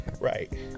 right